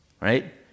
right